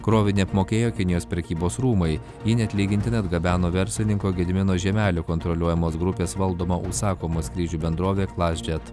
krovinį apmokėjo kinijos prekybos rūmai jį neatlygintinai atgabeno verslininko gedimino žiemelio kontroliuojamos grupės valdoma užsakomų skrydžių bendrovė klasjet